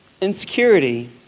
Insecurity